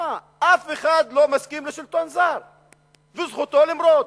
אף אחד לא מסכים לשלטון זר וזכותו למרוד.